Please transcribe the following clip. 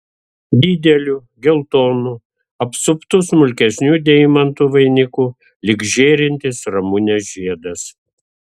dideliu geltonu apsuptu smulkesnių deimantų vainiku lyg žėrintis ramunės žiedas